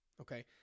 Okay